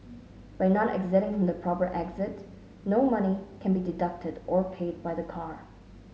by not exiting from the proper exit no money can be deducted or paid by the car